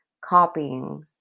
copying